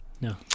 No